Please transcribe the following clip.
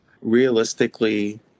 Realistically